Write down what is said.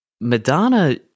Madonna